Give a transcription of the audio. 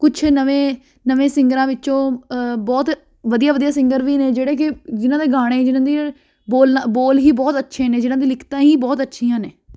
ਕੁਛ ਨਵੇਂ ਨਵੇਂ ਸਿੰਗਰਾਂ ਵਿੱਚੋਂ ਬਹੁਤ ਵਧੀਆ ਵਧੀਆ ਸਿੰਗਰ ਵੀ ਨੇ ਜਿਹੜੇ ਕਿ ਜਿਹਨਾਂ ਦੇ ਗਾਣੇ ਜਿਹਨਾਂ ਦੇ ਬੋਲ ਬੋਲ ਹੀ ਬਹੁਤ ਅੱਛੇ ਨੇ ਜਿਹਨਾਂ ਦੀਆਂ ਲਿਖਤਾਂ ਹੀ ਬਹੁਤ ਅੱਛੀਆਂ ਨੇ